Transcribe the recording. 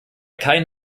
keinen